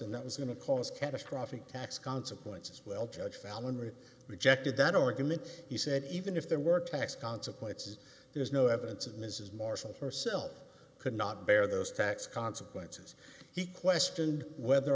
and that was going to cause catastrophic tax consequences well judge valerie rejected that argument he said even if there were tax consequences there is no evidence that mrs marshall herself could not bear those tax consequences he questioned whether